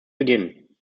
beginnen